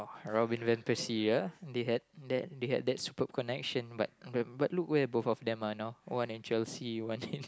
Robin-Van-Persie uh they had that they had that superb connection but but but look where both of them are now one in Chelsea one in